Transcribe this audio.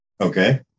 okay